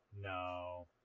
No